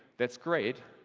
that's great,